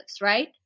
right